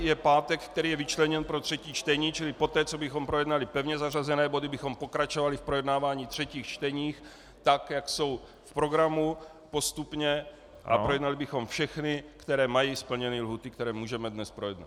Je pátek, který je vyčleněn pro třetí čtení, čili poté, co bychom projednali pevně zařazené body, bychom pokračovali v projednávání třetích čtení, tak jak jsou v programu postupně, a projednali bychom všechna, která mají splněny lhůty, které můžeme dnes projednat.